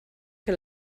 que